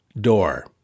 door